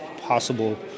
possible